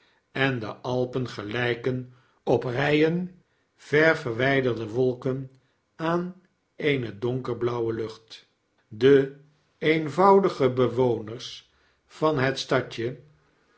en de alpen gelyken op ryen ver verwyderde wolken aan eene donkerblauwe lucht de eenvoudige bewoners van het stadje